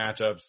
matchups